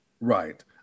Right